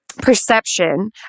perception